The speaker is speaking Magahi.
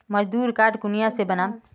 मजदूर कार्ड कुनियाँ से बनाम?